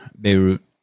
Beirut